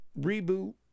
reboot